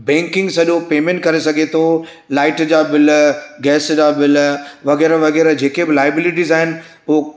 banking सॼो payment करे सघो तो लाइट जा बिल गैस जा बिल वग़ैरह वग़ैरह जेके बि लाइबिलिटीस आहिनि उहे